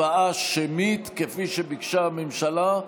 הצבעה שמית, כפי שביקשה הממשלה.